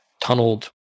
tunneled